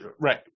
right